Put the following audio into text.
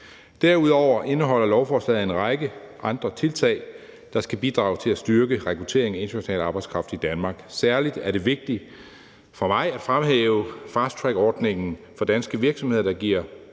Derudover indeholder lovforslaget en række andre tiltag, der skal bidrage til at styrke rekruttering af international arbejdskraft i Danmark. Særlig er det vigtigt for mig at fremhæve fasttrackordningen for danske virksomheder, der giver